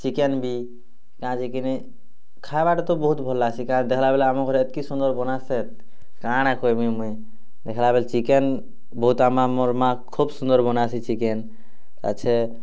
chicken ବି କାଁଯେକିନି ଖାଇବାଟା ତ ବହୁତ୍ ଭଲ୍ ଲାଗ୍ସି କାଁଯେ ଦେଖ୍ଲାବେଲେ ଆମର୍ ଘରେ ଏତ୍କି ସୁନ୍ଦର୍ ବନାସେତ୍ କାଣା କହେମି ମୁଇଁ ଦେଖ୍ଲାବେଲେ ଚିକେନ୍ ବହୁତ୍ ମୋର୍ ମା' ଖୋବ୍ ସୁନ୍ଦର୍ ବନାସି ଚିକେନ୍ ତାପଛେ